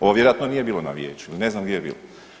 Ovo vjerojatno nije bilo na Vijeću i ne znam di je bilo.